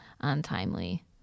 untimely